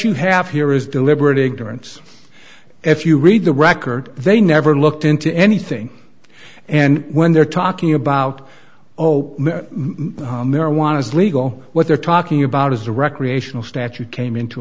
is deliberate ignorance if you read the record they never looked into anything and when they're talking about oh marijuana is legal what they're talking about is the recreational statute came into